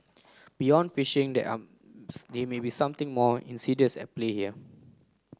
beyond phishing there are there may be something more insidious at play here